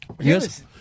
Yes